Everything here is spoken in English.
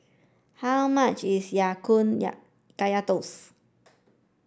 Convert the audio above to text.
how much is Ya Kun Ya Kaya Toast